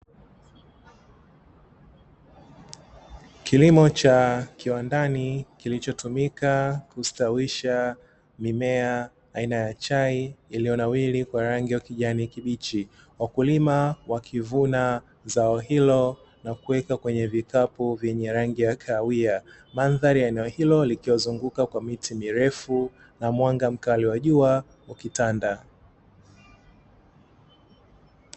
Kilimo cha kiwandani kilichotumika kustawisha mimea aina ya chai iliyo nawili kwa rangi ya kijani kibichi. Wakulima wakivuna zao hilo na kuweka kwenye vikapu vyenye rangi ya kahawia. Mandhari ya eneo hilo likiwa limezunguka kwa miti mirefu na mwanga mkali wa jua ukitanda.